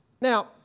Now